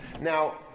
Now